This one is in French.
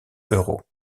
euros